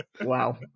wow